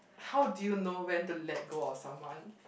how do you know when to let go of someone